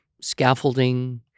scaffolding